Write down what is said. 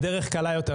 בדרך קלה יותר,